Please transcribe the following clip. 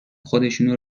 خودشونو